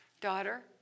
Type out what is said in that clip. daughter